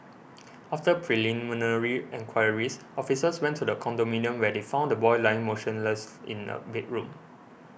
after preliminary enquiries officers went to the condominium where they found the boy lying motionless in a bedroom